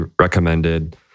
recommended